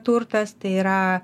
turtas tai yra